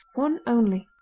one only.